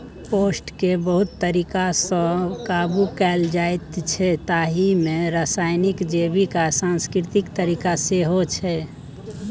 पेस्टकेँ बहुत तरीकासँ काबु कएल जाइछै ताहि मे रासायनिक, जैबिक आ सांस्कृतिक तरीका सेहो छै